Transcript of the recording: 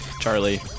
Charlie